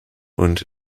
und